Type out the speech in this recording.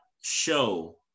show